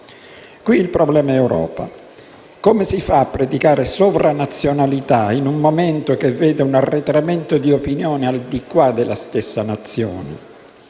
il problema dell'Europa. Come si fa a predicare sovranazionalità in un momento che vede un arretramento di opinione al di qua della stessa nazione?